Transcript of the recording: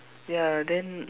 ya then